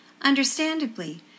Understandably